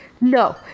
No